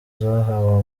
zahawe